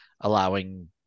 allowing